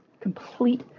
complete